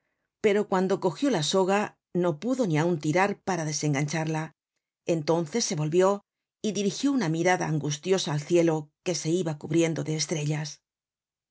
pero cuando cogió la soga no pudo ni aun tirar para desengancharla entonces se volvió y dirigió una mirada angustiosa al cielo que se iba cubriendo de estrellas